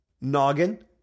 noggin